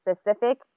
specific